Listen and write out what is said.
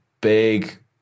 big